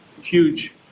huge